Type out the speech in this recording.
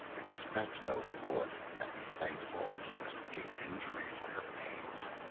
expect no reward, and be thankful if you escape injury for your pains.